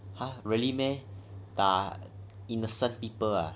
ha really meh 打 innocent people ah